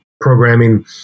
programming